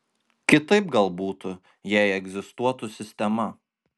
kitaip gal butų jei egzistuotų sistema